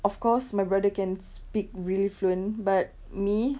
of course my brother can speak really fluent but me